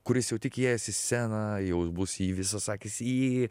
kuris jau tik įėjęs į sceną jau bus į jį visos akys į jį